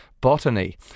botany